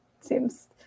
seems